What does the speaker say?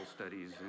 studies